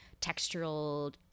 textural